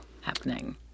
happening